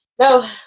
no